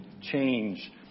change